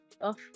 off